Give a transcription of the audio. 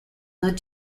led